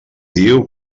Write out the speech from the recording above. diu